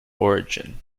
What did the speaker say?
origin